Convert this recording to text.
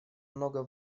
много